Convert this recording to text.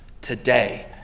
today